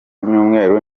nyamweru